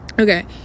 Okay